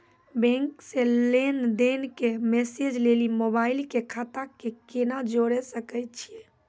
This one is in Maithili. बैंक से लेंन देंन के मैसेज लेली मोबाइल के खाता के केना जोड़े सकय छियै?